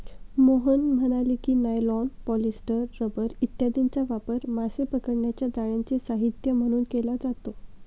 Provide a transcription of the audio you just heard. मोहन म्हणाले की, nylon, polyester, rubber इत्यादींचा वापर मासे पकडण्याच्या जाळ्यांचे साहित्य म्हणून केला जातो